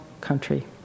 country